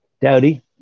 Dowdy